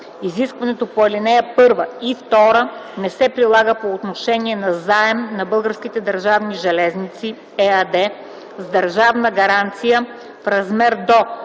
Изискването по ал.1 и 2 не се прилага по отношение на заем на „Български държавни железници” ЕАД с държавна гаранция, в размер до